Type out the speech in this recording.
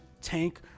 tank